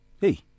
Hey